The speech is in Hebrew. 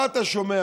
מה אתה שומע?